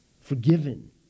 forgiven